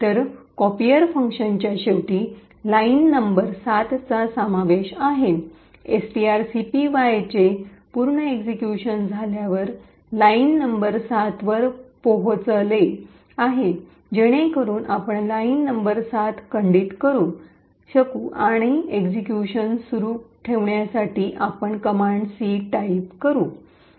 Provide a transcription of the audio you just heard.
तर कॉपिअर फंक्शनच्या शेवटी लाइन नंबर 7 चा समावेश आहे एसटीआरसीपीवाय चे पूर्ण एक्सिक्यूशन झाल्यावर लाइन नंबर 7 वर पोहचले आहे जेणेकरून आपण लाइन नंबर 7 खंडित करू शकू आणि एक्सिक्यूशन सुरु ठेवण्यासाठी आपण कमांड सी टाईप करू